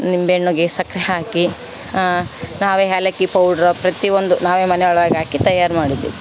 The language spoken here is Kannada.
ನಿಂಬೆಹಣ್ಣಿಗೆ ಸಕ್ರೆ ಹಾಕಿ ನಾವೇ ಏಲಕ್ಕಿ ಪೌಡ್ರು ಪ್ರತಿಯೊಂದು ನಾವೇ ಮನೆಯೊಳಗಾಕಿ ತಯಾರು ಮಾಡಿದ್ದೀವಿ